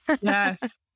Yes